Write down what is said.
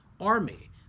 army